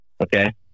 Okay